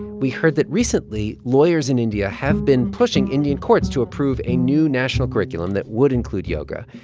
we heard that recently, lawyers in india have been pushing indian courts to approve a new national curriculum that would include yoga.